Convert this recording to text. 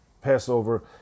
passover